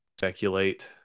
speculate